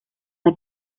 mei